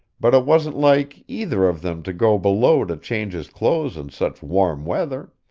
but it wasn't like either of them to go below to change his clothes in such warm weather.